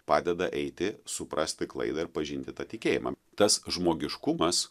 padeda eiti suprasti klaidą ir pažinti tą tikėjimą tas žmogiškumas